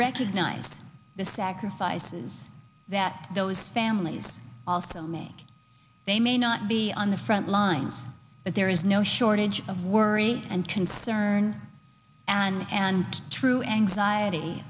recognize the sacrifices that those families also make they may not be on the front lines but there is no shortage of worry and concern and true anxiety